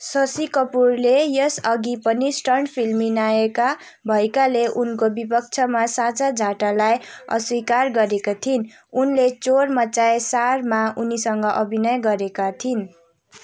शशी कपुरले यसअघि पनि स्टन्ट फिल्मी नायिका भएकाले उनको विपक्षमा साचा झाठालाई अस्वीकार गरेकी थिइ न्उनले चोर मचाये शरमा उनीसँग अभिनय गरेका थिइन्